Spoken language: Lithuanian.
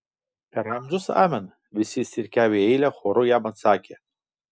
per amžius amen visi išsirikiavę į eilę choru jam atsakė